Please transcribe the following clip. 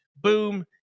Boom